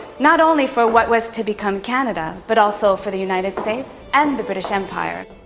not only for what was to become canada, but also for the united states and the british empire.